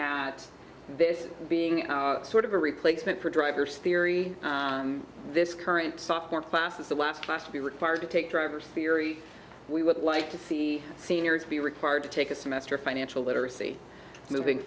at this being sort of a replacement for driver's theory this current sophomore class is the last class to be required to take driver's theory we would like to see seniors be required to take a semester financial literacy moving